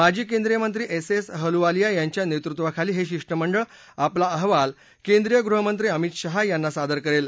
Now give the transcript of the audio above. माजी केंद्रीय मंत्री एस एस अलुवालिया यांच्या नेतृत्वाखाली हे शिष्टमंडळ आपला अहवाल केंद्रीय गृहमंत्री अमित शहा यांना सादर करेल